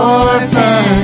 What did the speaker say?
orphan